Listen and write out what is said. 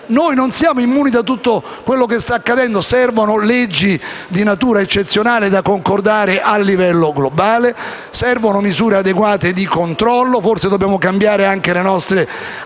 Noi non siamo immuni da tutto quello che sta accadendo. Servono leggi di natura eccezionale da concordare a livello globale. Servono misure adeguate di controllo. Forse dobbiamo anche cambiare le nostre abitudini